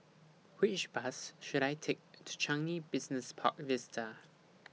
Which Bus should I Take to Changi Business Park Vista